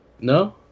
No